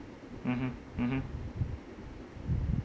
mmhmm mmhmm